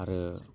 आरो